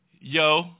yo